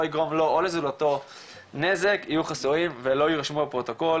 יגרום לו או לזולתו נזק יהיו חסויים ולא יירשמו בפרוטוקול,